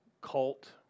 cult